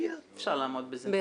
אפשר לעמוד בזה.